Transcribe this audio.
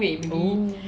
!ow!